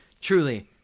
Truly